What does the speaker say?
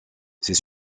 c’est